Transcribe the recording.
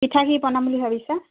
পিঠা কি বনাম বুলি ভাবিছা